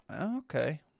Okay